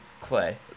Clay